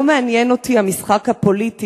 משפט אחרון: "לא מעניין אותי המשחק הפוליטי,